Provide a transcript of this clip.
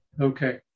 Okay